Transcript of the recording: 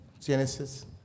Genesis